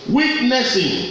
witnessing